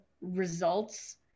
results